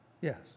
yes